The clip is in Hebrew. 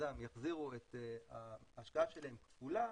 במיזם יחזירו את ההשקעה שלהם כפולה,